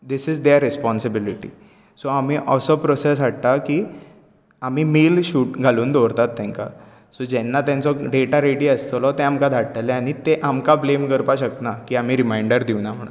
this is their responsibility so आमी असो process हाडटात की आमी मेल शूट घालून दवरतात तेंकां सो जेन्ना तेंचो डॅटा रॅडी आसतलो ते आमकां धाडटले आनी ते आमकां ब्लेम करपाक शकनात की आमी रिमांयडर दिवंक ना म्हणून